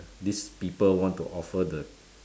these people want to offer the